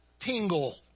tingle